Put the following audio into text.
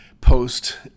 post